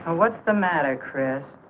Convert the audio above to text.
what's the matter chris